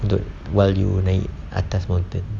untuk while you naik atas mountain